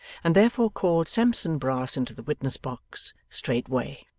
and therefore called sampson brass into the witness-box, straightway.